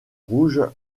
rouge